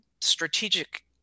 strategic